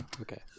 okay